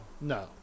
No